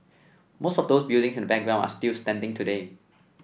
most of those buildings in the background are still standing today